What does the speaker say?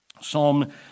Psalm